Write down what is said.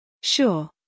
Sure